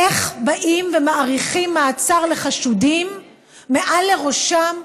איך באים ומאריכים מעצר לחשודים מעל לראשם,